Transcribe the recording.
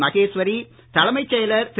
மகேஸ்வரி தலைமைச் செயலர் திரு